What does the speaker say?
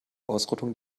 ausrottung